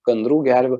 gandrų gervių